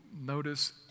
notice